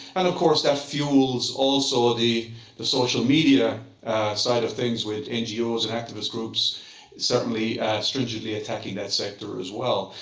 and, of, course, that fuels also ah the the social media side of things with ngos and activist groups suddenly stringently attacking that sector as well.